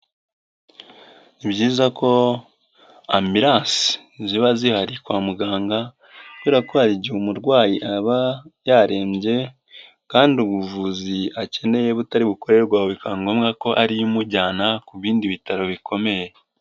Ni byiza ko Ambilansi ziba zihari kwa muganga kubera ko hari igihe umurwayi aba yarembye kandi ubuvuzi akeneye butari bukorerwaho bikaba ngombwa ko ariyo imujyana ku bindi bitaro bikomeye.